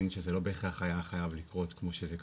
שזה לא בהכרח היה חייב לקרות כמו שזה קרה,